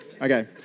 Okay